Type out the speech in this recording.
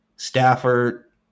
Stafford